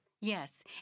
Yes